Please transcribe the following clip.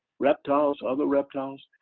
reptiles, other reptiles.